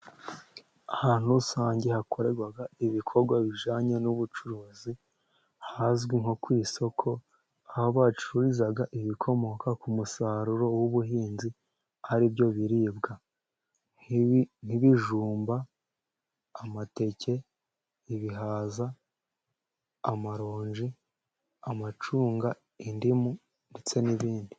Ahantu rusange hakorerwa ibikorwa bijyanye n'ubucuruzi, ahazwi nko ku isoko, aho bacururiza ibikomoka ku musaruro w'ubuhinzi, ari byo biribwa. Nk'ibijumba, amateke, ibihaza, amaronji, amacunga, indimu, ndetse n'ibindi.